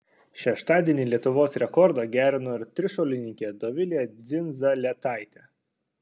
šeštadienį lietuvos rekordą gerino ir trišuolininkė dovilė dzindzaletaitė